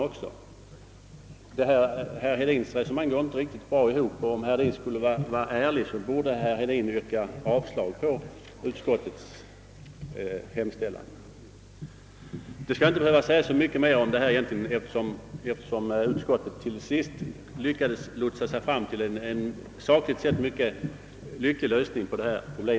Herr Hedins resonemang går emellertid inte riktigt väl ihop; om han vore ärlig, skulle han yrka avslag på utskottets hemställan. Det skall inte behöva sägas mycket mer om denna fråga, eftersom utskottet till sist lyckades lotsa sig fram till en sakligt sett mycket lycklig lösning.